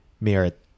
merit